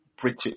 British